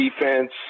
defense